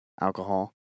alcohol